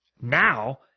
Now